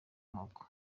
moko